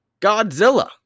Godzilla